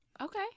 Okay